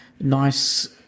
nice